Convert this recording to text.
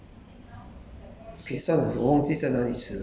在在哪里吃 ah